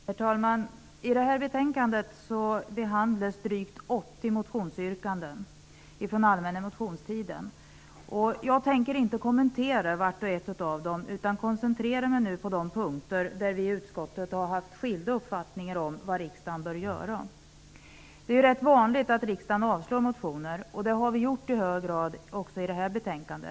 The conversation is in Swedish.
Herr talman! I detta betänkande behandlas drygt 80 motionsyrkanden från allmänna motionstiden. Jag tänker inte kommentera vart och ett av dem, utan koncentrerar mig nu på de punkter där vi i utskottet har haft skilda uppfattningar om vad riksdagen bör göra. Det är rätt vanligt att riksdagen avslår motioner, och det har vi gjort i hög grad också i detta betänkande.